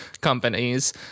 companies